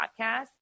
podcast